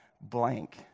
blank